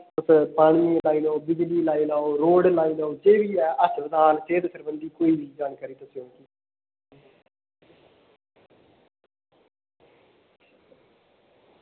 तुस पानियै दी लाई लैओ बिजली दी लाई लैओ रोड़ लाई लैओ जे बी ऐ अस्पताल सेह्त सरबंधी कोई बी जानकारी तुस देओ